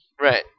Right